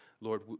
Lord